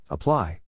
Apply